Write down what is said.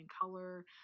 color